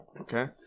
okay